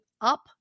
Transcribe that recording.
up